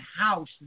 house